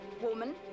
woman